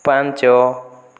ପାଞ୍ଚ